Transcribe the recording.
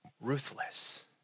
ruthless